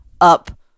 up